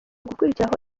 gukurikiraho